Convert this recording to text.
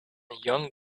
young